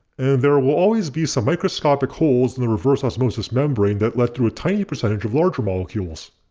and there will always be some microscopic holes in the reverse osmosis membrane that let through a tiny percentage of larger molecules.